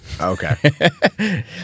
Okay